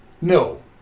No